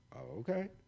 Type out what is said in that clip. Okay